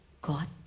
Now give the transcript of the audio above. God